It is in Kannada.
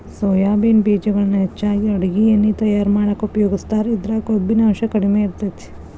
ಸೋಯಾಬೇನ್ ಬೇಜಗಳನ್ನ ಹೆಚ್ಚಾಗಿ ಅಡುಗಿ ಎಣ್ಣಿ ತಯಾರ್ ಮಾಡಾಕ ಉಪಯೋಗಸ್ತಾರ, ಇದ್ರಾಗ ಕೊಬ್ಬಿನಾಂಶ ಕಡಿಮೆ ಇರತೇತಿ